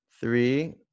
three